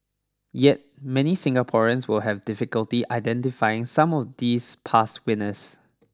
yet many Singaporeans will have difficulty identifying some of these past winners